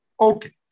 Okay